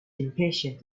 impatient